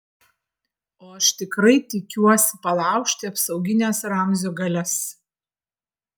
o aš tikrai tikiuosi palaužti apsaugines ramzio galias